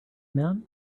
man